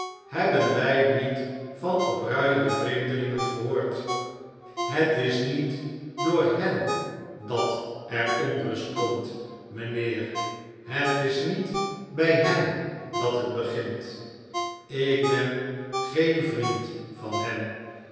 hebben wij niet van opruiende vreemdelingen gehoord het is niet door hen dat er ohrust komt mijnheer het is niet bij hen dat het begint ik ben geen vriend van hen